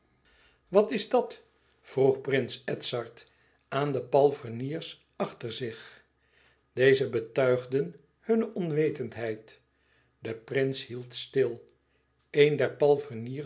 wat is dat vroeg prins edzard aan de palfreniers achter zich deze betuigden hunne onwetendheid de prins hield stil een der